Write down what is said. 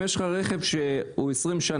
אם יש לך רכב בן 20 שנה,